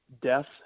death